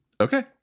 Okay